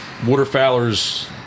Waterfowler's